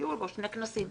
ויהיו בו שני כנסים.